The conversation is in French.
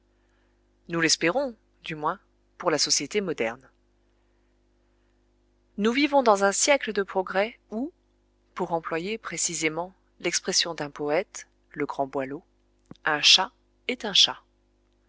nous l'espérons du moins pour la société moderne nous vivons dans un siècle de progrès où pour employer précisément l'expression d'un poète le grand boileau un chat est un chat